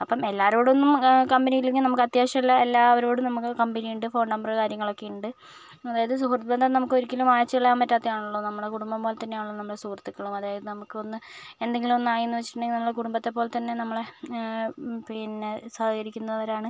അപ്പം എല്ലവരോടൊന്നും കമ്പനി ഇല്ലെങ്കിലും നമുക്ക് അത്യാവശ്യമുള്ള എല്ലാവരോടും നമുക്ക് കമ്പനി ഉണ്ട് ഫോൺ നമ്പറ് കാര്യങ്ങളൊക്കെ ഉണ്ട് അതായത് സുഹൃത്ത് ബന്ധം നമുക്കൊരിക്കലും മാച്ച് കളയാൻ പറ്റാത്തത് ആണല്ലൊ നമ്മുടെ കുടുംബം പോലെതന്നെയാണല്ലോ നമ്മുടെ സുഹൃത്തുക്കളും അതായത് നമുക്കൊന്ന് എന്തെങ്കിലും ഒന്ന് ആയി എന്ന് വെച്ചിട്ടുണ്ടെങ്കിൽ നമ്മള് കുടുംബത്തെപ്പോലെ തന്നെ നമ്മളെ പിന്നെ സഹകരിക്കുന്നവരാണ്